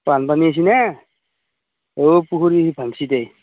বানপানী আহিছে ন ৱো পুখুৰী ভাঙিছে দে